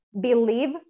believe